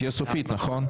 תהיה סופית, נכון?